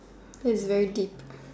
that's very deep